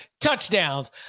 touchdowns